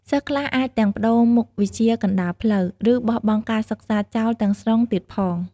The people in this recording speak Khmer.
សិស្សខ្លះអាចទាំងប្ដូរមុខវិជ្ជាកណ្តាលផ្លូវ ឬបោះបង់ការសិក្សាចោលទាំងស្រុងទៀតផង។